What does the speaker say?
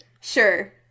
Sure